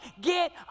get